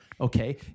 Okay